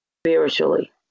spiritually